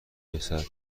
رسد